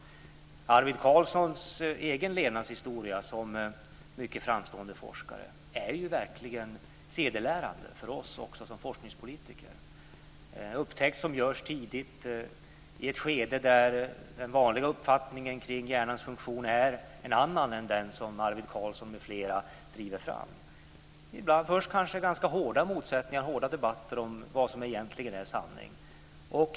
Arvid Carlssons egen levnadshistoria som mycket framstående forskare är ju verkligen sedelärande för oss som forskningspolitiker. Det rör sig om en upptäckt som gjordes tidigt, i ett skede där den vanliga uppfattningen om hjärnans funktion var en annan än den som Arvid Carlsson m.fl. drev fram. Från början var det kanske ganska hårda motsättningar och hårda debatter om vad som egentligen är sanning.